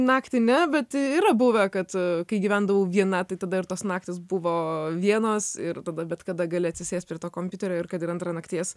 naktį ne bet yra buvę kad kai gyvendavau viena tai tada ir tos naktys buvo vienos ir tada bet kada gali atsisėst prie to kompiuterio ir kad ir antrą nakties